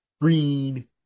green